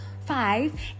five